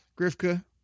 Grifka